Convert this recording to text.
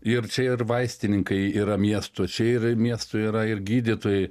ir čia ir vaistininkai yra miesto čia ir miesto yra ir gydytojai